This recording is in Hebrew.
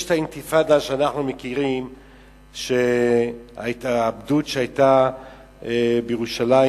יש האינתיפאדה שאנחנו מכירים: ההתאבדויות שהיו בירושלים,